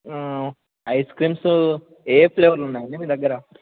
ice creams ఏ ఫ్లేవర్లు ఉన్నాయండి మీ దగ్గర